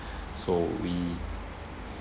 so we